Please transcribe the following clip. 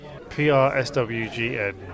PRSWGN